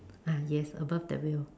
ah yes above the wheel